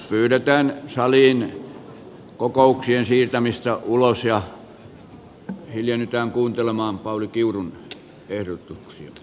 pyydetään kokouksien siirtämistä salin ulkopuolelle hiljennytään kuuntelemaan pauli kiurua